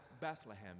Bethlehem